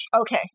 Okay